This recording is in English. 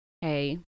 Hey